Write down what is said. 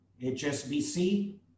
HSBC